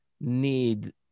need